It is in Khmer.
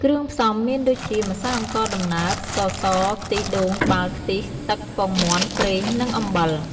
គ្រឿងផ្សំមានដូចជា ម្សៅអង្ករដំណើប ស្ករស ខ្ទិះដូងក្បាលខ្ទិះ ទឹក ពងមាន់ ប្រេង និងអំបិល។